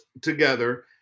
together